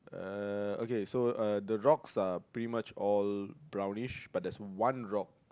uh okay so uh the rocks are pretty much all brownish but there's one rock